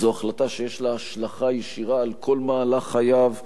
זו החלטה שיש לה השלכה ישירה על כל מהלך חייו,